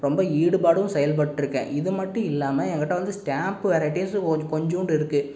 ரொம்ப ஈடுபாடும் செயல்பட்டிருக்கேன் இது மட்டும் இல்லாமல் எங்கிட்ட வந்து ஸ்டேம்ப் வெரட்டீஸ் ஒரு கொஞ்சண்டு இருக்குது